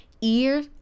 ear